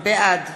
בעד